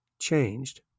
changed